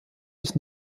sich